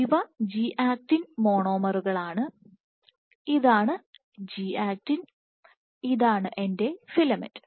ഇവ G actin മോണോമറുകളാണ് ഇതാണ് ജി ആക്റ്റിൻ ഇതാണ് എന്റെ ഫിലമെന്റ്